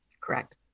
Correct